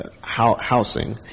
housing